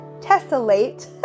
tessellate